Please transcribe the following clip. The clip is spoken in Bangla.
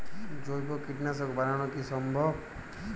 জৈব কীটনাশক বানানো কি সম্ভব?